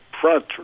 front